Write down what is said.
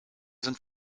sind